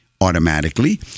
automatically